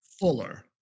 fuller